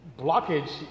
blockage